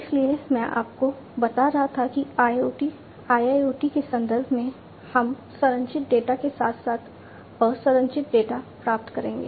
इसलिए मैं आपको बता रहा था कि IoT IIoT के संदर्भ में हम संरचित डेटा के साथ साथ असंरचित डेटा प्राप्त करेंगे